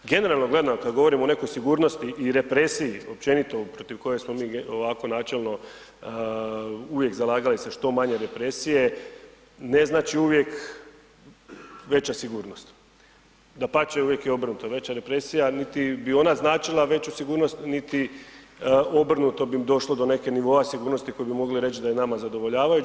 Generalno gledano kada govorimo o nekoj sigurnosti i represiji općenito protiv koje smo mi ovako načelno uvijek zalagali se što manje represije, ne znači uvijek veća sigurnost, dapače, uvijek je obrnuto, veća represija niti bi ona značila veću sigurnost niti obrnuto bi došlo do nekog nivoa sigurnosti koje bi mogli reći da je nama zadovoljavajuć.